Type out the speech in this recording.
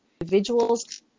individuals